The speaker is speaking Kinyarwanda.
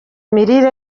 imirire